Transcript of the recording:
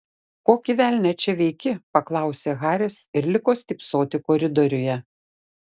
kokį velnią čia veiki paklausė haris ir liko stypsoti koridoriuje